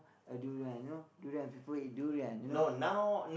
a durian you know durian people eat durian you know